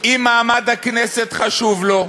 אם מעמד הכנסת חשוב לו,